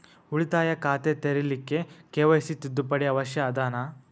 ಉಳಿತಾಯ ಖಾತೆ ತೆರಿಲಿಕ್ಕೆ ಕೆ.ವೈ.ಸಿ ತಿದ್ದುಪಡಿ ಅವಶ್ಯ ಅದನಾ?